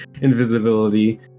invisibility